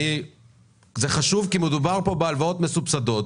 זה חשוב כי מדובר פה בהלוואות מסובסדות